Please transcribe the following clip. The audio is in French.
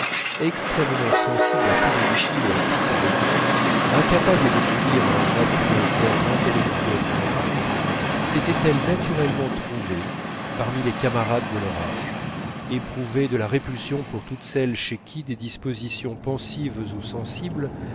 extrêmement sensibles à tout ridicule et à toute laideur incapables de subir un attrait d'ordre intellectuel ou moral sétaient elles naturellement trouvées parmi les camarades de leur âge éprouver de la répulsion pour toutes celles chez qui des dispositions pensives ou sensibles